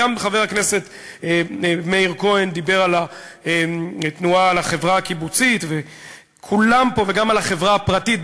חבר הכנסת מאיר כהן דיבר על החברה הקיבוצית וגם על החברה הפרטית.